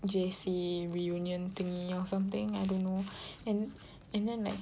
J_C reunion thingy or something I don't know and and then like